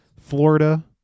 florida